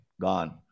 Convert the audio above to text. Gone